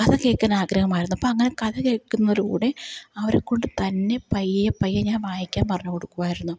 കഥ കേൾക്കാനാഗ്രഹമായിരുന്നു അപ്പം അങ്ങനെ കഥ കേൾക്കുന്നതിലൂടെ അവരെ കൊണ്ടു തന്നെ പയ്യെ പയ്യെ ഞാന് വായിക്കാന് പറഞ്ഞു കൊടുക്കുമായിരുന്നു